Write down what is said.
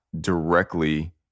directly